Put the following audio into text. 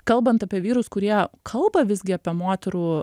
kalbant apie vyrus kurie kalba visgi apie moterų